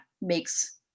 makes